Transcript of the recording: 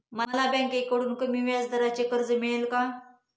मला बँकेकडून कमी व्याजदराचे कर्ज मिळेल का?